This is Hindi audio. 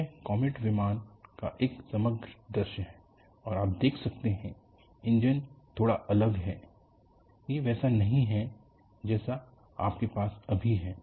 यह कॉमेट विमान का समग्र दृश्य है और आप देख सकते हैं इंजन थोड़ा अलग हैं ये वैसा नहीं है जैसा आपके पास अभी है